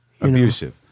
Abusive